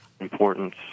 importance